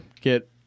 get